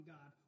God